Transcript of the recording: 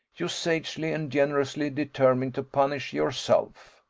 you sagely and generously determined to punish yourself.